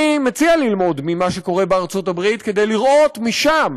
אני מציע ללמוד ממה שקורה בארצות-הברית כדי לראות משם